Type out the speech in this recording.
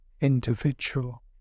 individual